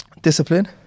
discipline